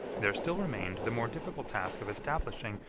there still remained the more difficult task of establishing,